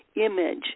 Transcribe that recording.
image